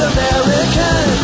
American